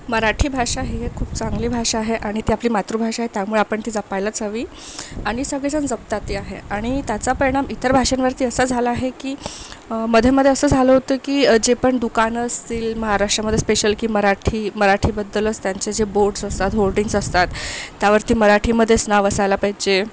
मराठी भाषा ही खूप चांगली भाषा आहे आणि ती आपली मातृभाषा आहे आणि त्यामुळे ती आपण जपायलाच हवी आणि सगळे जण जपतातही आहे आणि त्याचा परिणाम इतर भाषेंवरती असा झाला आहे की मध्येमध्ये असं झालं होतं की जे पण दुकानं असतील महाराष्ट्रामध्ये स्पेशल की मराठी मराठीबद्दलच त्यांचे जे बोर्ड्स असतात होर्डिंग्ज असतात त्यावरती मराठीमध्येच नाव असायला पाहिजे